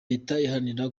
iharanira